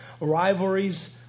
rivalries